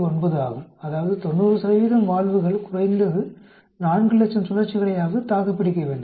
9 ஆகும் அதாவது 90 வால்வுகள் குறைந்தது 400000 சுழற்சிகளையாவது தாக்குப்பிடிக்க வேண்டும்